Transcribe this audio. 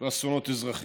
ואסונות אזרחים.